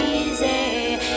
easy